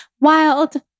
wild